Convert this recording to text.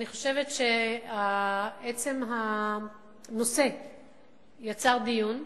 אני חושבת שעצם הנושא יצר דיון.